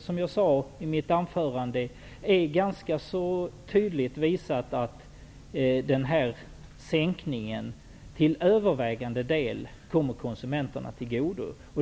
Som jag sade i mitt anförande är det ganska klart att sänkningen till övervägande del kommer konsumenterna till godo.